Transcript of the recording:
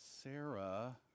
Sarah